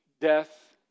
death